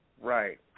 Right